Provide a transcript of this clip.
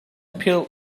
philh